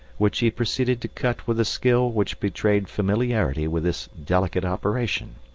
which he proceeded to cut with a skill which betrayed familiarity with this delicate operation.